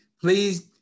please